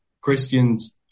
Christians